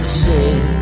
say